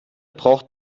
braucht